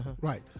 right